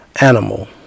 animal